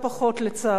לצערי,